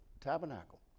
tabernacle